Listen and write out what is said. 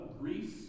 Greece